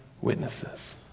witnesses